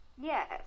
Yes